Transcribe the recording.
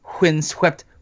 windswept